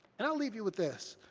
and i'll leave you with this.